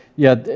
yeah,